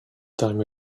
time